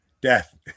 death